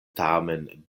tamen